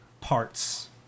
parts